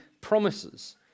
promises